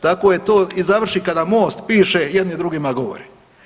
Tako to i završi kada MOST piše jedni drugima govori.